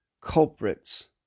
culprits